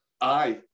Aye